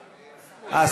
רגע, רגע.